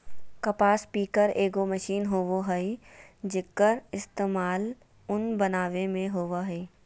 कपास पिकर एगो मशीन होबय हइ, जेक्कर इस्तेमाल उन बनावे में होबा हइ